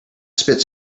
spit